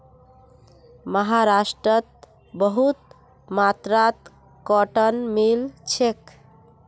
महाराष्ट्रत बहुत मात्रात कॉटन मिल छेक